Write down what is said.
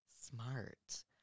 Smart